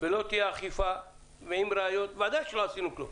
ולא תהיה אכיפה עם ראיות, בוודאי שלא עשינו כלום.